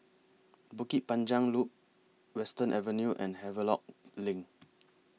Bukit Panjang Loop Western Avenue and Havelock LINK